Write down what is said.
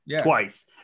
twice